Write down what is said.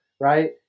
right